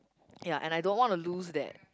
okay lah and I don't want to lose that